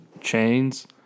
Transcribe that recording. chains